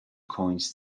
coins